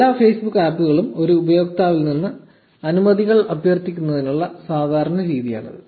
എല്ലാ ഫേസ്ബുക്ക് ആപ്പുകളും ഒരു ഉപയോക്താവിൽ നിന്ന് അനുമതികൾ അഭ്യർത്ഥിക്കുന്നതിനുള്ള സാധാരണ രീതിയാണിത്